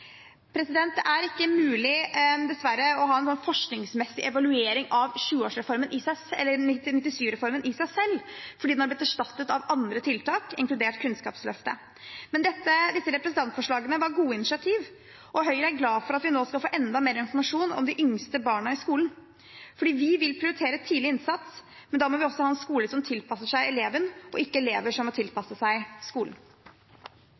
Det er dessverre ikke mulig å ha en forskningsmessig evaluering av Reform 97 i seg selv, fordi den har blitt erstattet av andre tiltak, inkludert Kunnskapsløftet, men disse representantforslagene var gode initiativ. Høyre er glad for at vi nå skal få enda mer informasjon om de yngste barna i skolen, fordi vi vil prioritere tidlig innsats. Men da må vi ha en skole som tilpasser seg eleven, og ikke elever som må tilpasse seg skolen.